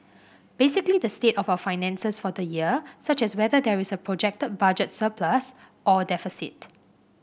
basically the state of our finances for the year such as whether there is a projected budget surplus or deficit